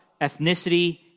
ethnicity